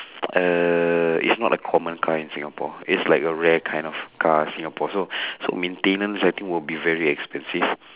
uh it's not a common car in singapore it's like a rare kind of car singapore so so maintenance I think will be very expensive